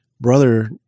brother